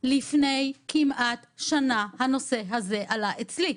לפני כמעט שנה הנושא הזה עלה אצלי.